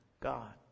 God